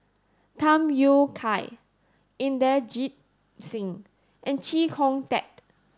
Tham Yui Kai Inderjit Singh and Chee Kong Tet